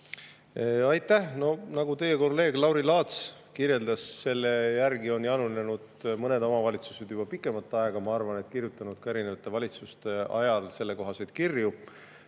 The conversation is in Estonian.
Aitäh! Nagu teie kolleeg Lauri Laats kirjeldas, selle järgi on janunenud mõned omavalitsused juba pikemat aega, ma arvan, ja kirjutanud ka erinevate valitsuste ajal sellekohaseid kirju.